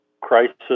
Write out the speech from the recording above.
crisis